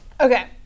Okay